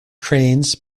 trains